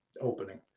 Opening